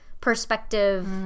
perspective